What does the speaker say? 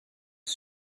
his